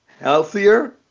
healthier